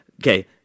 okay